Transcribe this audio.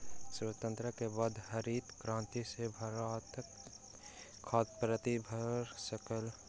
स्वतंत्रता के बाद हरित क्रांति सॅ भारतक खाद्य पूर्ति भ सकल